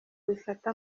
bifata